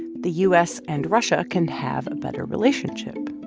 the u s. and russia can have a better relationship.